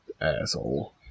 Asshole